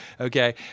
okay